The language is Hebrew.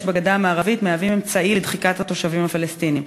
בגדה המערבית מהווים אמצעי לדחיקת התושבים הפלסטינים.